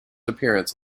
appearance